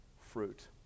fruit